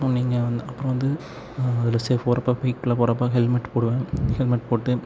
அப்பறம் நீங்கள் வந் அப்பறம் வந்து நான் அதில் சேஃப் போகிறப்ப பைக்கில் போகிறப்ப ஹெல்மெட் போடுவேன் ஹெல்மெட் போட்டு